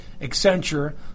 Accenture